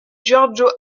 giorgio